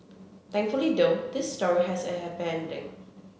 thankfully though this story has a happy ending